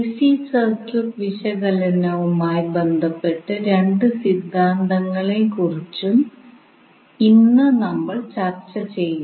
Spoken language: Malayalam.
എസി സർക്യൂട്ട് വിശകലനവുമായി ബന്ധപ്പെട്ട് രണ്ട് സിദ്ധാന്തങ്ങളെക്കുറിച്ചും ഇന്ന് നമ്മൾ ചർച്ച ചെയ്യും